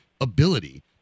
ability